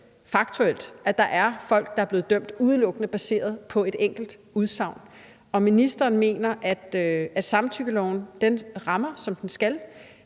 faktuelt, at der er folk, der er blevet dømt udelukkende baseret på et enkelt udsagn – om ministeren mener, at samtykkeloven rammer, som den skal.